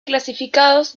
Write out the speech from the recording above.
clasificados